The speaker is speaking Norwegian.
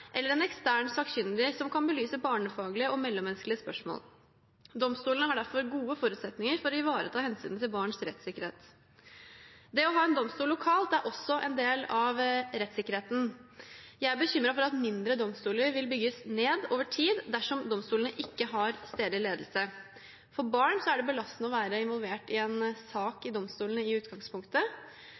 eller en ekstern sakkyndig som kan belyse barnefaglige og mellommenneskelige spørsmål. Domstolene har derfor gode forutsetninger for å ivareta hensynet til barns rettssikkerhet. Det å ha en domstol lokalt er også en del av rettssikkerheten. Jeg er bekymret for at mindre domstoler vil bygges ned over tid dersom domstolene ikke har stedlig ledelse. For barn er det belastende å være involvert i en sak for domstolene i utgangspunktet,